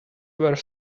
were